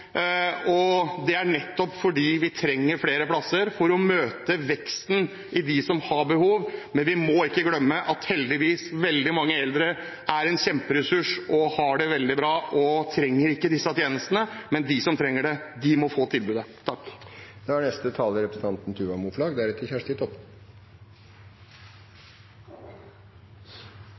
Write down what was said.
nettopp fordi vi trenger flere plasser for å møte veksten i det antallet som har behov. Men vi må ikke glemme at veldig mange eldre heldigvis er en kjemperessurs, har det veldig bra og ikke trenger disse tjenestene – men de som trenger det, må få tilbudet.